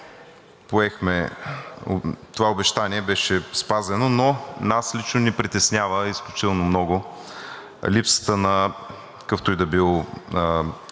Комисията това обещание беше спазено. Но нас лично ни притеснява изключително много липсата на каквито и да било